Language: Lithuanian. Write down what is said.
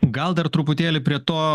gal dar truputėlį prie to